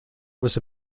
was